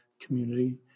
community